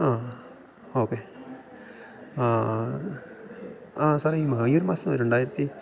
okay സാറേ ഈ ഈ ഒരു മാസം ഒരു രണ്ടായിരത്തി